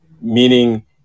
meaning